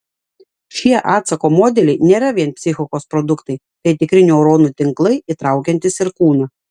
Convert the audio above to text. šie atsako modeliai nėra vien psichikos produktai tai tikri neuronų tinklai įtraukiantys ir kūną